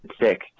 sick